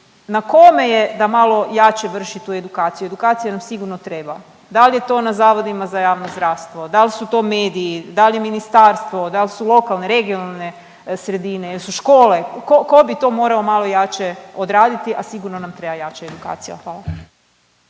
Na kome je da malo jače vrši tu edukaciju, edukacija nam sigurno treba. Da li je to na zavodima za javno zdravstvo, da li su to mediji, da li je ministarstvo, da li su lokalne, regionalne sredine, jesu škole? Tko bi to morao malo jače odraditi, a sigurno nam treba jača edukacija. Hvala.